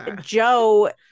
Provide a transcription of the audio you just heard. Joe